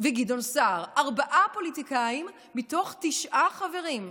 וגדעון סער, ארבעה פוליטיקאים מתוך תשעה חברים.